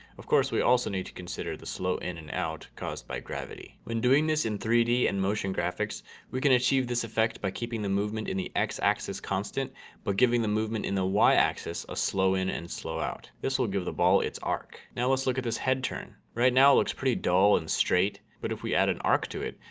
of course we also need to consider the slow in and out by gravity. when doing this in three d and motion graphics we can achieve this effect by keeping the movement in the x-axis constant but giving the movement in the y-axis a ah slow in and slow out this will give the ball its arc. now let's look at this head turn. right now it looks pretty dull and straight, but if we add an arc to it,